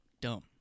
dumb